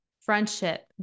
friendship